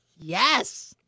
Yes